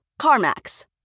CarMax